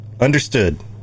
Understood